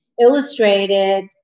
illustrated